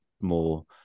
more